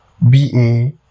BA